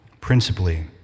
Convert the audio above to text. principally